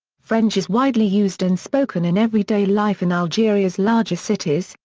french is widely used and spoken in everyday life in algeria's larger cities,